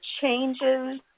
changes